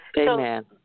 Amen